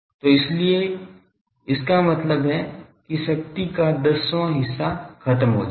तो इसीलिए इसका मतलब है कि शक्ति का दसवां हिस्सा ख़त्म जाए